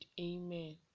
Amen